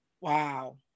Wow